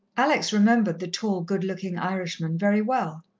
alex remembered the tall, good-looking irishman very well.